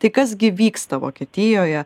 tai kas gi vyksta vokietijoje